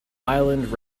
island